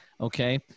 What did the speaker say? okay